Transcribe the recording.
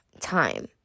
time